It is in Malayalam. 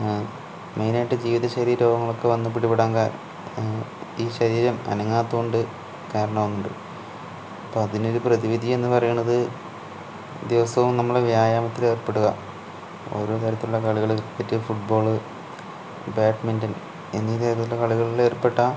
മെയ്നായിട്ട് ജീവിത ശൈലി രോഗങ്ങളൊക്കെ വന്ന് പിടിപെടാനുള്ള ഈ ശരീരം അനങ്ങാത്തതു കൊണ്ട് കാരണം ഉണ്ട് ഇപ്പം അതിനൊരു പ്രതിവിധി എന്ന് പറയുന്നത് ദിവസവും നമ്മൾ വ്യായാമത്തിൽ ഏർപ്പെടുക ഓരോ തരത്തിലുള്ള കളികൾ മറ്റേ ഫുട് ബോൾ ബാഡ്മിൻറ്റൺ എന്നിതു പോലെയുള്ള കളികളിൽ ഏർപ്പെട്ടാൽ